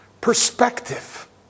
perspective